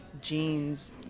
jeans